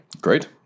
Great